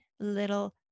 little